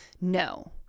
No